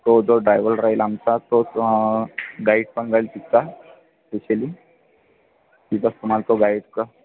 तो जो ड्रायव्हर राहील आमचा तो गाईड पण राहील तिथला स्पेशली तिथंच तुम्हाला तो गाईड क